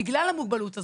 בגלל המוגבלות הזאת,